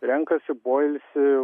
renkasi poilsį